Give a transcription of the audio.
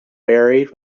buried